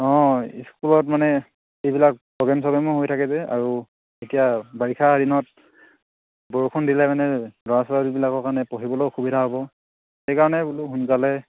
অঁ স্কুলত মানে এইবিলাক প্ৰগ্ৰেম চগ্ৰেমো হৈ থাকে যে আৰু এতিয়া বাৰিষা দিনত বৰষুণ দিলে মানে ল'ৰা ছোৱালীবিলাকৰ কাৰণে পঢ়িবলৈও সুবিধা হ'ব সেইকাৰণে বোলো সোনকালে